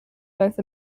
both